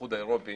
באיחוד האירופי